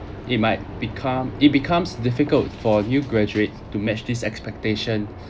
it might become it becomes difficult for new graduates to match this expectation